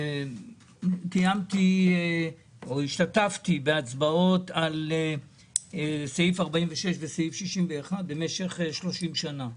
השתתפתי בהצבעות על סעיפים 46 ו-61 במשך 30 שנים.